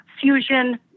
fusion